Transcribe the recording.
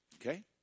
okay